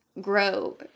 grow